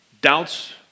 doubts